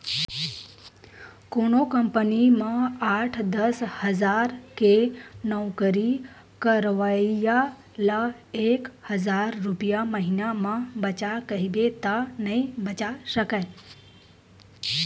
कोनो कंपनी म आठ, दस हजार के नउकरी करइया ल एक हजार रूपिया महिना म बचा कहिबे त नइ बचा सकय